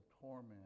torment